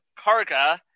Karga